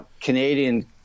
Canadian